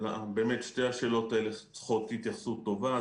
שתי השאלות האלה צריכות התייחסות טובה.